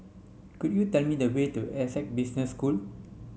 could you tell me the way to Essec Business School